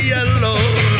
Yellow